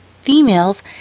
Females